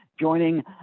joining